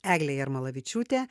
eglė jarmalavičiūtė